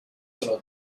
solo